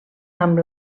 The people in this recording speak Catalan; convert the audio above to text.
amb